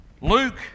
Luke